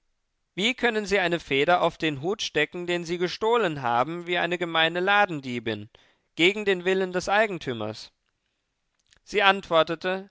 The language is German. wie können sie eine feder auf den hut stecken die sie gestohlen haben wie eine gemeine ladendiebin gegen den willen des eigentümers sie antwortete